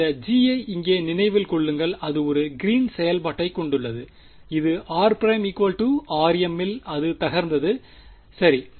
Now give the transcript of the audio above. அந்த g ஐ இங்கே நினைவில் கொள்ளுங்கள் அது ஒரு கிறீன்ஸ் green's செயல்பாட்டைக் கொண்டுள்ளது இது r ′ rm இல் அது தகர்ந்தது சரி